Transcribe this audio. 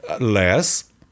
less